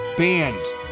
Bands